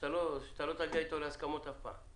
שאתה לא תגיע איתו להסכמות אף פעם.